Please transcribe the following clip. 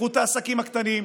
תפתחו את העסקים הקטנים.